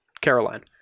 Caroline